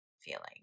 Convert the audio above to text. feeling